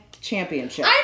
Championship